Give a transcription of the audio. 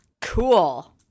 Cool